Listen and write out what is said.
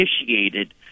initiated